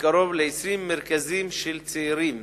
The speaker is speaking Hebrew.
בקרוב ל-20 מרכזים של צעירים